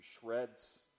shreds